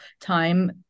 time